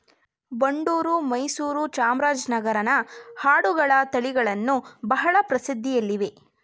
ಬಂಡೂರು, ಮೈಸೂರು, ಚಾಮರಾಜನಗರನ ಆಡುಗಳ ತಳಿಗಳು ಬಹಳ ಪ್ರಸಿದ್ಧಿಯಲ್ಲಿವೆ